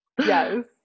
Yes